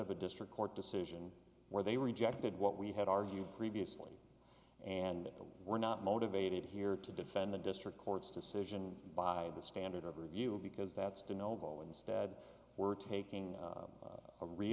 of a district court decision where they rejected what we had argued previously and we're not motivated here to defend the district court's decision by the standard of review because that's do novo instead we're taking a re